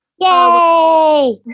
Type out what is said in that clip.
Yay